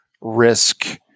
risk